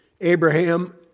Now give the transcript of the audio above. Abraham